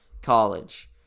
college